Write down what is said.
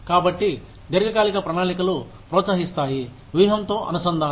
కాబట్టి దీర్ఘకాలిక ప్రణాళికలు ప్రోత్సహిస్తాయి వ్యూహంతో అనుసంధానం